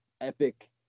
epic